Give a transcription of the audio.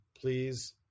Please